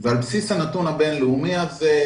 על בסיס הנתון הבין-לאומי הזה,